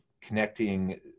connecting